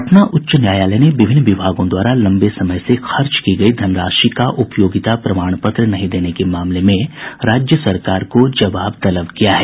पटना उच्च न्यायालय ने विभिन्न विभागों द्वारा लम्बे समय से खर्च की गयी धन राशि का उपयोगिता प्रमाण पत्र नहीं देने के मामले में राज्य सरकार को जवाब तलब किया है